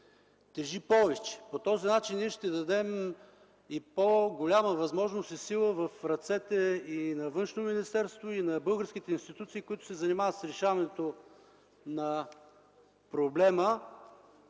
тежи повече. По този начин ние ще дадем по-голяма възможност и сила в ръцете на Външно министерство и на българските институции, които се занимават с решаването на проблема,